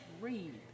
read